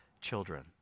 children